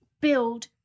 build